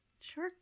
Sure